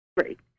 Great